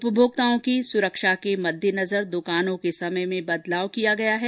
उपभोक्ताओं की सुरक्षा के मद्देनजर द्कानों के समय में बदलाव किया गया है